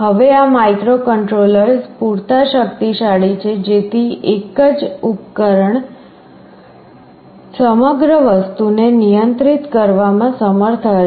હવે આ માઇક્રોકન્ટ્રોલર્સ પૂરતા શક્તિશાળી છે જેથી એક જ ઉપકરણ સમગ્ર વસ્તુને નિયંત્રિત કરવામાં સમર્થ હશે